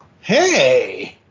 hey